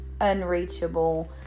unreachable